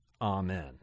Amen